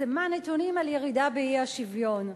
פרסמה נתונים על ירידה באי-שוויון,